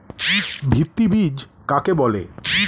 ভিত্তি বীজ কাকে বলে?